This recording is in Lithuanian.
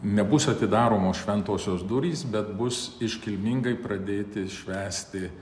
nebus atidaromos šventosios durys bet bus iškilmingai pradėti švęsti